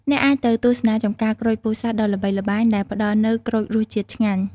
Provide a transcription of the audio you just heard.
អ្នកអាចទៅទស្សនាចម្ការក្រូចពោធិ៍សាត់ដ៏ល្បីល្បាញដែលផ្តល់នូវក្រូចរសជាតិឆ្ងាញ់។